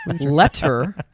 Letter